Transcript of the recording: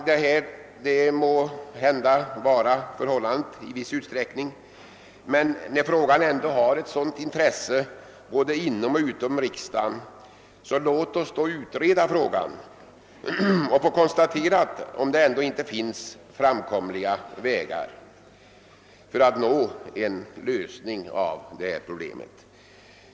Det kanske är förhållandet i viss utsträckning, men när frågan nu har ett sådant intresse både inom och utom riksdagen, så låt oss då utreda den och få konstaterat om det ändå inte finns framkomliga vägar för att åstadkomma en lösning av detta problem!